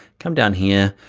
come down here.